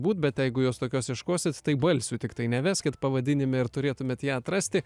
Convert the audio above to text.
būt bet jeigu jos tokios ieškosit tai balsių tiktai neveskit pavadinime ir turėtumėt ją atrasti